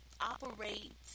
operate